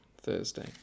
Thursday